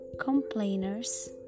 complainers